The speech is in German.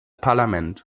parlament